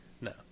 No